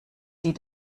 sie